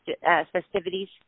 festivities